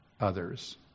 others